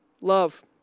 Love